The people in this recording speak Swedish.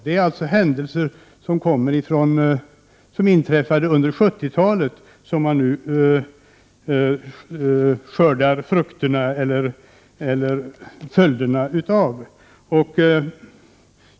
Det är händelser som inträffade under 70-talet som man nu skördar följderna av.